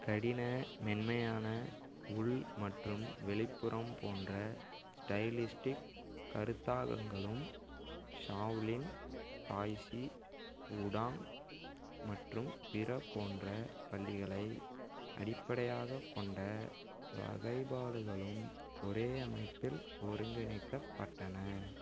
கடின மென்மையான உள் மற்றும் வெளிப்புறம் போன்ற ஸ்டைலிஸ்டிக் கருத்தாக்கங்களும் ஷாவ்லின் தாய்சி உடாங் மற்றும் பிற போன்ற பள்ளிகளை அடிப்படையாகக் கொண்ட வகைப்பாடுகளும் ஒரே அமைப்பில் ஒருங்கிணைக்கப்பட்டன